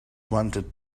wanted